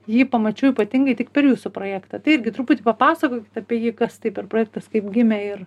jį pamačiau ypatingai tik per jūsų projektą tai irgi truputį papasakokit apie jį kas tai per projektas kaip gimė ir